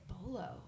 Bolo